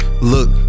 look